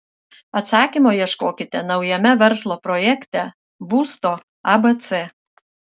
atsakymo ieškokite naujame verslo projekte būsto abc